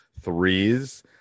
threes